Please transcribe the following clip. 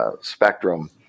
spectrum